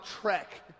trek